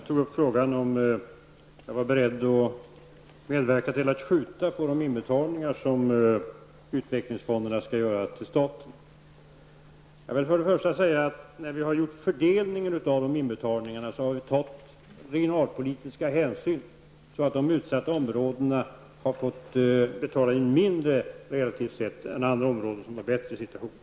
Herr talman! Kjell Ericsson frågade om jag var beredd att skjuta på de inbetalningar som utvecklingsfonderna skall göra till staten. För det första vill jag säga att när vi har gjort fördelningen av dessa inbetalningar har vi tagit regionalpolitiska hänsyn, så att de utsatta områdena har fått betala mindre, relativt sett, än områden som har en bättre situation.